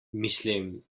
mislim